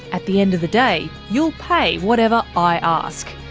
at the end of the day, you'll pay whatever i ask.